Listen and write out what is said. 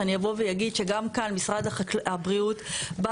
שאני אבוא ואגיד שגם כאן משרד הבריאות בא